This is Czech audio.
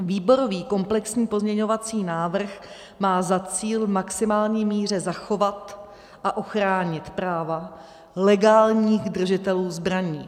Výborový komplexní pozměňovací návrh má za cíl v maximální míře zachovat a ochránit práva legálních držitelů zbraní.